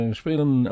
spelen